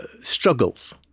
struggles